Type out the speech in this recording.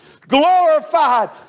Glorified